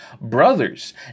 brothers